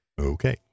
Okay